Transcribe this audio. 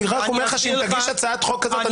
אני רק אומר לך שאם תגיש הצעת חוק כזאת,